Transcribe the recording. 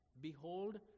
behold